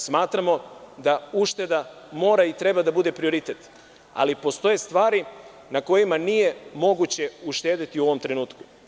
Smatramo da ušteda mora i treba da bude prioritet, ali postoje stvari na kojima nije moguće uštedeti u ovom trenutku.